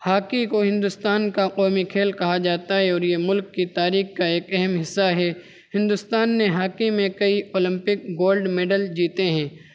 hockey کو ہندوستان کا قومی کھیل کہا جاتا ہے اور یہ ملک کی تاریک کا ایک اہم حصہ ہے ہندوستان نے ہاکی میں کئی اولمپک گولڈ میڈل جیتے ہیں